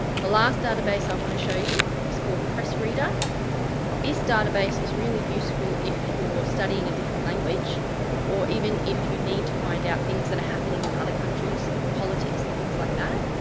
the last database i want to show you is called pressreader this database is really useful if you're studying a different language or even if you need to find out things that are happening in other countries politics and things like that.